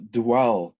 dwell